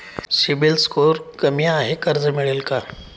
CIBIL score कमी आहे कर्ज मिळेल का?